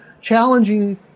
challenging